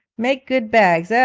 make good bags, ah,